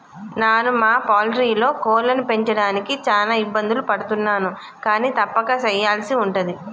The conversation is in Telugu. నాను మా పౌల్ట్రీలో కోళ్లను పెంచడానికి చాన ఇబ్బందులు పడుతున్నాను కానీ తప్పక సెయ్యల్సి ఉంటది